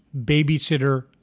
babysitter